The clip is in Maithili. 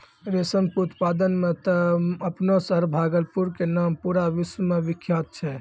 रेशम के उत्पादन मॅ त आपनो शहर भागलपुर के नाम पूरा विश्व मॅ विख्यात छै